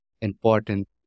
important